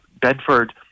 Bedford